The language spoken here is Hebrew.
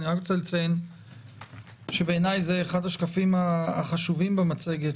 אני רק רוצה לציין שבעיניי זה אחד השקפים החשובים במצגת,